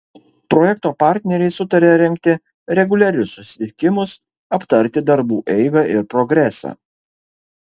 projekto partneriai sutarė rengti reguliarius susitikimus aptarti darbų eigą ir progresą